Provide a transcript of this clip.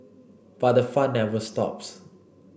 but the fun never stops